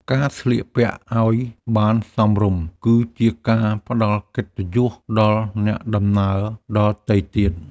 ការស្លៀកពាក់ឱ្យបានសមរម្យ គឺជាការផ្តល់កិត្តិយសដល់អ្នកដំណើរដទៃទៀត។